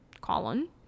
colon